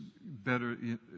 better